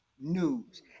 news